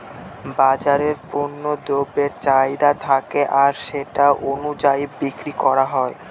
বাজারে পণ্য দ্রব্যের চাহিদা থাকে আর সেটা অনুযায়ী বিক্রি করা হয়